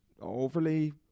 overly